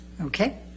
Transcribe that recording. Okay